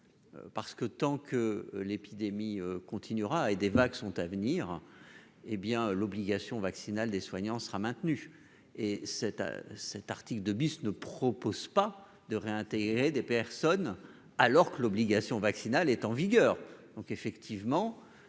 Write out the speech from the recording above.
parce que tant que l'épidémie continuera et des vagues sont à venir, hé bien l'obligation vaccinale des soignants sera maintenu et cet cet article 2 bis ne propose pas de réintégrer des personnes alors que l'obligation vaccinale est en vigueur,